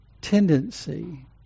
tendency